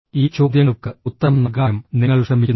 ഈ ചോദ്യങ്ങൾക്ക് ഉത്തരം നൽകാനും നിങ്ങൾ ശ്രമിക്കുന്നു